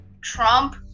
Trump